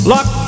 Luck